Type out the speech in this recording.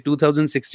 2016